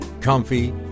comfy